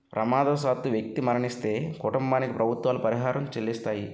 ప్రమాదవశాత్తు వ్యక్తి మరణిస్తే కుటుంబానికి ప్రభుత్వాలు పరిహారం చెల్లిస్తాయి